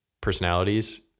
personalities